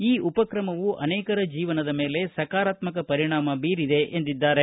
ಈ ಉಪಕ್ರಮವು ಅನೇಕರ ಜೀವನದ ಮೇಲೆ ಸಕಾರಾತ್ಮಕ ಪರಿಣಾಮ ಬೀರಿದೆ ಎಂದಿದ್ದಾರೆ